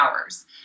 hours